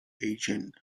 agent